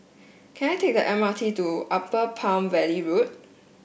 can I take the M R T to Upper Palm Valley Road